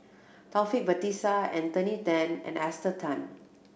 Taufik Batisah Anthony Then and Esther Tan